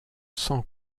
sans